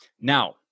Now